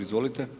Izvolite.